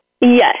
Yes